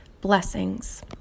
Blessings